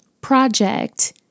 project